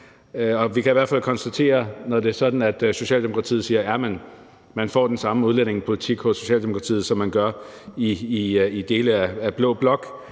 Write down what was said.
vi kan i hvert fald konstatere, at når Socialdemokratiet siger, at man får den samme udlændingepolitik hos Socialdemokratiet, som man gør i dele af blå blok,